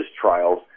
trials